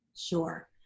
Sure